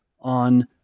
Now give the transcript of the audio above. on